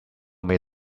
made